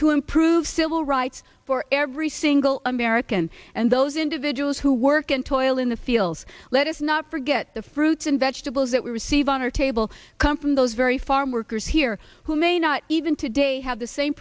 to improve civil rights for every single american and those individuals who work and toil in the fields let us not forget the fruits and vegetables that we receive on our table come from those very farm workers here who may not even today have the same